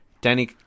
Danny